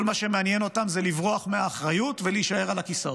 כל מה שמעניין אותם זה לברוח מהאחריות ולהישאר על הכיסאות.